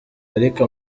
ariko